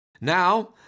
Now